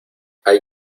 hay